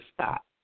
stop